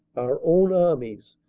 our own armies,